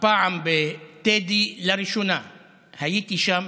הפעם בטדי, לראשונה הייתי שם